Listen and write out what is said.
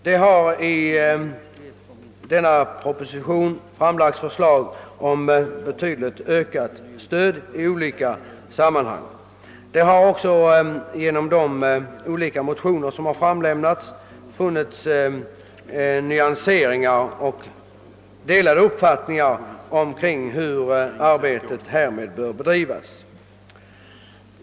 Det har i denna proposition framlagts förslag om betydligt ökat stöd i olika sammanhang. De olika motioner som framlämnats visar också nyanserade och delade uppfattningar om hur arbetet härvidlag bör bedrivas.